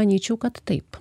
manyčiau kad taip